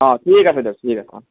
অঁ ঠিক আছে দিয়ক ঠিক আছে অঁ